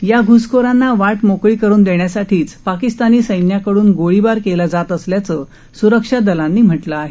या घुसखोरांना वाट मोकळी करून देण्यासाठीच पाकिस्तानी सैन्याकडून गोळीबार केला जात असल्याचं स्रक्षा दलांनी म्हटलं आहे